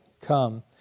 come